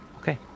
Okay